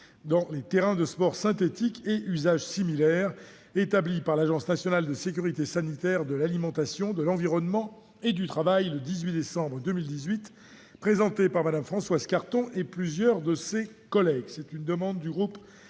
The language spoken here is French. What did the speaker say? dans les terrains de sport synthétiques, et usages similaires, établies par l'Agence nationale de sécurité sanitaire de l'alimentation, de l'environnement et du travail le 18 septembre 2018, présentée par Mme Françoise Cartron et plusieurs de ses collègues